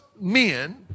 men